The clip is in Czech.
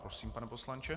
Prosím, pane poslanče.